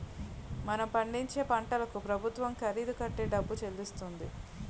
మనం పండించే పంటకు ప్రభుత్వం ఖరీదు కట్టే డబ్బు చెల్లిస్తుంది